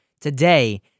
today